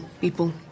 people